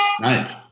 nice